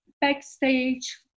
backstage